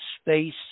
space